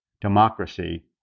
democracy